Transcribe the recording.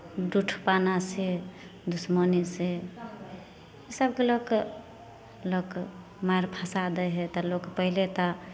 दुष्टपनासँ दुश्मनीसँ इसभके लऽ कऽ लोक मारि फँसा दै हइ तऽ लोक पहिले तऽ